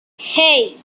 hey